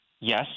Yes